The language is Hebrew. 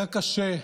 היה קשה,